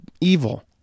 evil